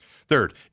Third